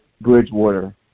Bridgewater